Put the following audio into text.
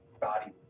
body